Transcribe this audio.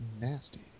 Nasty